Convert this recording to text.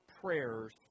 prayers